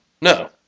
No